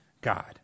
God